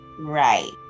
Right